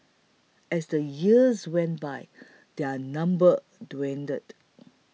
as the years went by their number dwindled